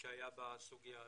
שהיה בסוגיה הזאת.